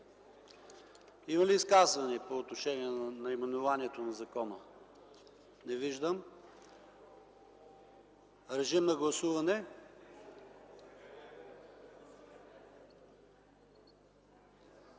Има ли изказвания по отношение наименованието на закона? Не виждам. Моля, гласувайте!